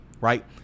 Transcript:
right